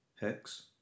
Hex